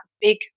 big